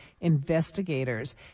investigators